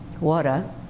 water